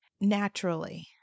naturally